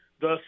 thus